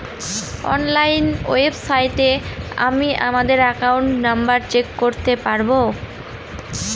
online ওয়েবসাইটে আমি আমাদের একাউন্ট নম্বর চেক করতে পারবো